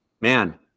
man